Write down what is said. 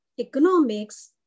economics